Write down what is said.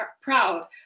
proud